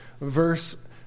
verse